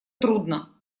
трудно